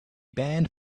band